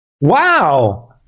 wow